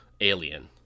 alien